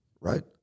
Right